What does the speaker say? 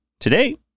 Today